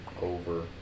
over